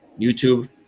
YouTube